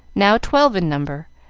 now twelve in number,